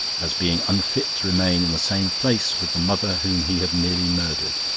as being unfit to remain in the same place with the mother whom he had nearly murdered.